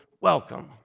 welcome